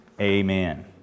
Amen